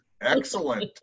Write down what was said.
excellent